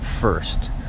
first